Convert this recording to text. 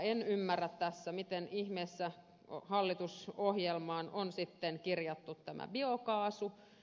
en ymmärrä tässä miten ihmeessä hallitusohjelmaan on sitten kirjattu tämä biokaasu